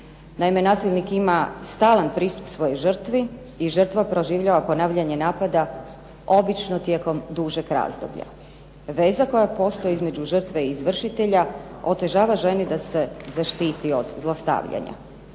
Naime, nasilnik ima stalan pristup svojoj žrtvi i žrtva proživljava ponavljanje napada obično tijekom dužeg razdoblja. Veza koja postoji između žrtve i izvršitelja otežava ženi da se zaštiti od zlostavljanja.